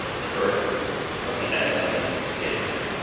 the birth of the economic hitman.